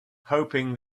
hoping